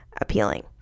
appealing